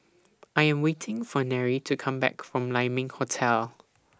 I Am waiting For Nery to Come Back from Lai Ming Hotel